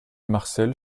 marcel